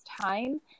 time